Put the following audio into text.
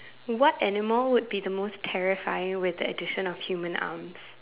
what animal would be the most terrifying with the addition of human arms